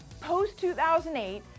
post-2008